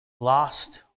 lost